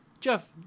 Jeff